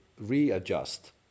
readjust